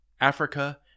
africa